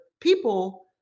people